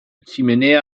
chimenea